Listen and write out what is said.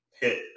hit